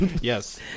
yes